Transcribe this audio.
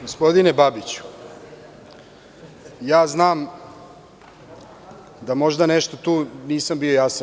Gospodine Babiću, možda nešto tu nisam bio jasan.